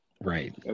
Right